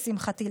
לשמחתי,